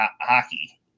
hockey